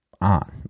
on